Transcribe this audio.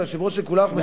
אתה היושב-ראש של כולם,